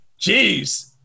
Jeez